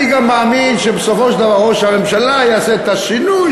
אני גם מאמין שבסופו של דבר ראש הממשלה יעשה את השינוי,